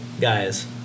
guys